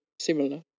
similar